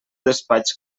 despatx